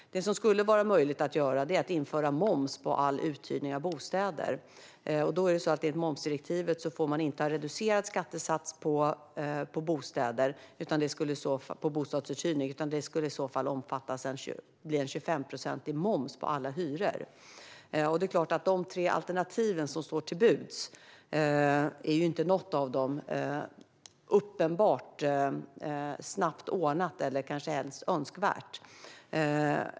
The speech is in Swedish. Det som skulle var möjligt att göra är att införa moms på all uthyrning av bostäder. Enligt momsdirektivet får man inte ha reducerad skattesats på bostadsuthyrning, utan det skulle i så fall bli en 25-procentig moms på alla hyror. Inget av de tre alternativ som står till buds är uppenbart snabbt ordnat eller kanske ens önskvärt.